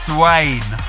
Dwayne